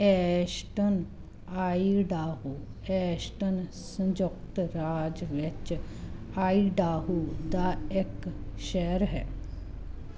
Ashton Idaho Ashton ਸੰਯੁਕਤ ਰਾਜ ਵਿੱਚ ਆਇਡਾਹੋ ਦਾ ਇੱਕ ਸ਼ਹਿਰ ਹੈ